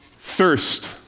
thirst